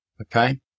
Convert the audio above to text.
okay